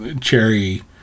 cherry